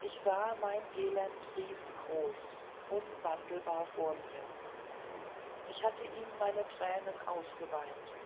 ich sah mein elend riesengroß unwandelbar vor mir ich hatte ihm meine tränen ausgeweint